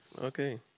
Okay